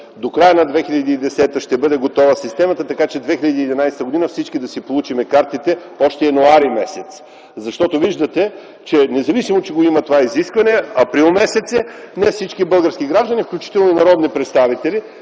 до края на 2010 г. ще бъде готова системата, така че още януари месец 2011 г. всички да си получим картите. Защото виждате, че независимо че го има това изискване, април месец е, не всички български граждани, включително народни представители,